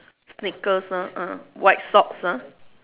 sneakers ah ah white socks ah